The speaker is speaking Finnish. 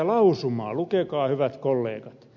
lukekaa hyvät kollegat